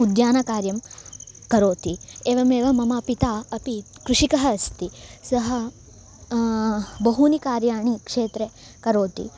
उद्यानकार्यं करोति एवमेव मम पिता अपि कृषिकः अस्ति सः बहूनि कार्याणि क्षेत्रे करोति